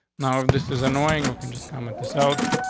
now, if this is annoying or can just comment this out,